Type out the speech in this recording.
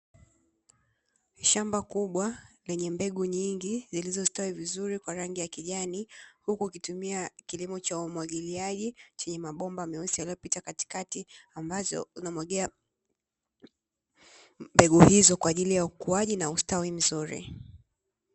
Shamba kubwa lenye mbegu nyingi zilizo stawi vizuri kwa rangi ya kijani, huku likitumia kilimo cha umwagiliaji chenye mabomba meusi yanayopita katikati ambazo zinamwagia mbegu hizo kwa ajili ya ukuaji na ustawi mzuri.